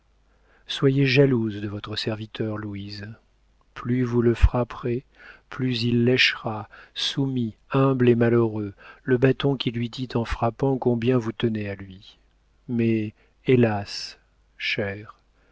soyez jalouse de votre serviteur louise plus vous le frapperez plus il léchera soumis humble et malheureux le bâton qui lui dit en frappant combien vous tenez à lui mais hélas